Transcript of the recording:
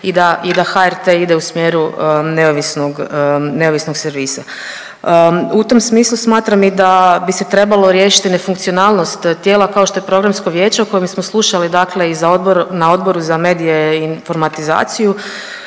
i da HRT ide u smjeru neovisnog servisa. U tom smislu smatram i da bi se trebalo riješiti nefunkcionalnost tijela kao što je programsko vijeće u kojem smo slušali dakle i na Odboru za medije i informatizaciju.